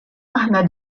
aħna